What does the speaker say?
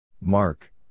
Mark